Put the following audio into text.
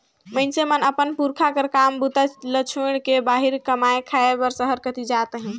मइनसे मन अपन पुरखा कर काम बूता ल छोएड़ के बाहिरे कमाए खाए बर सहर कती जात अहे